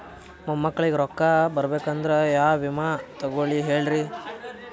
ಮೊಮ್ಮಕ್ಕಳಿಗ ರೊಕ್ಕ ಬರಬೇಕಂದ್ರ ಯಾ ವಿಮಾ ತೊಗೊಳಿ ಹೇಳ್ರಿ?